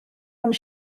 ond